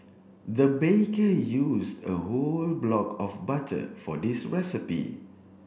the baker used a whole block of butter for this recipe